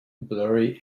blurry